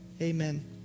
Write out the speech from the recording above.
Amen